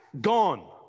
gone